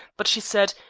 but she said,